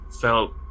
felt